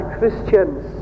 Christians